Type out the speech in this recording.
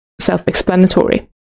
self-explanatory